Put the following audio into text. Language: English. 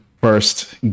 first